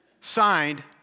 Signed